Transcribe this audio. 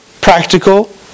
practical